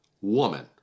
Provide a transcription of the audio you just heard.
woman